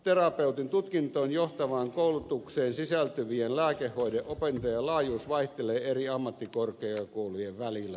fysioterapeutin tutkintoon johtavaan koulutukseen sisältyvien lääkehoito opintojen laajuus vaihtelee eri ammattikorkeakoulujen välillä